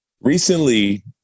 recently